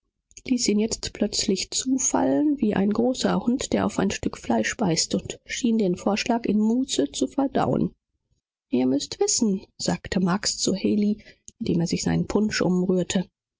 ließ ihn jetzt plötzlich zuschnappen ungefähr so wie ein großer hund ein stück fleisch fest zu halten pflegt und schien die idee in gemächlichkeit verdauen zu wollen seht sagte marks zu haley während er seinen punsch umrührte